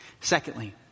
secondly